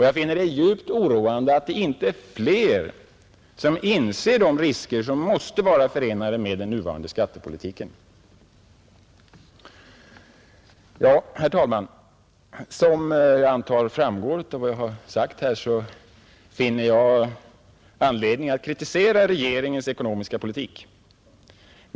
Jag finner det djupt oroande att inte flera inser de risker som måste vara förenade med den nuvarande skattepolitiken. Herr talman! Som jag antar framgår av vad jag har sagt här finner jag anledning att kritisera regeringens ekonomiska politik.